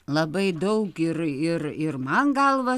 labai daug ir ir ir man galvą